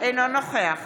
אינו נוכח